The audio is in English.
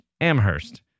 Amherst